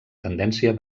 tendència